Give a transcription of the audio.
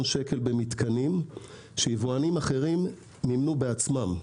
שקל במתקנים שיבואנים אחרים מימנו בעצמם,